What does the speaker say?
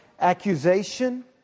accusation